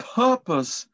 purpose